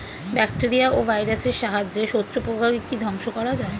Bacteria ও ভাইরাসের সাহায্যে শত্রু পোকাকে কি ধ্বংস করা যায়?